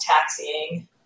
taxiing